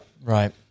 Right